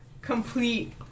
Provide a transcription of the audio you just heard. complete